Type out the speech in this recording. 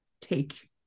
take